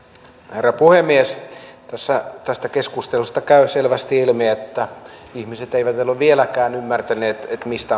herra puhemies tästä keskustelusta käy selvästi ilmi että ihmiset eivät ole vieläkään ymmärtäneet mistä